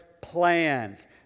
plans